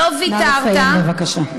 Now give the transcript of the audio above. נא לסיים, בבקשה.